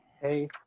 Hey